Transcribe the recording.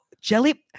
jelly